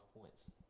points